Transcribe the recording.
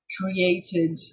created